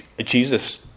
Jesus